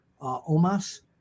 Omas